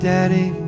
Daddy